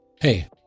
Hey